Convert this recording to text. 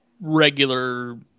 regular